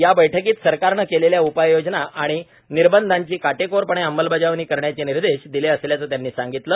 या बैठकीत सरकारनं केलेल्या उपाययोजना आणि निर्बधांची काटेकोरपणे अंमलबजावणी करण्याचे निर्देश दिले असल्याचं त्यांनी सांगितलं